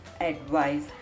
advice